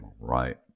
right